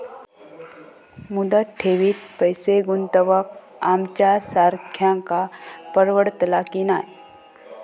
मुदत ठेवीत पैसे गुंतवक आमच्यासारख्यांका परवडतला की नाय?